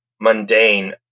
mundane